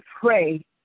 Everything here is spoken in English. pray